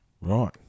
Right